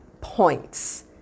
points